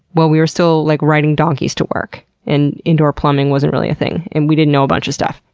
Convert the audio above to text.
while we were still like riding donkeys to work and indoor plumbing wasn't really a thing, and we didn't know a bunch of stuff.